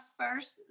first